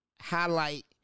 highlight